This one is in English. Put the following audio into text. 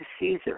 Caesar